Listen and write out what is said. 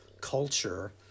culture